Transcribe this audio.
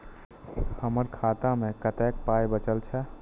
हमर खाता मे कतैक पाय बचल छै